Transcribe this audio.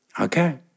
Okay